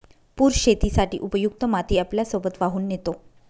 पूर शेतीसाठी उपयुक्त माती आपल्यासोबत वाहून नेतो